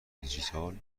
دیجیتال